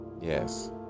Yes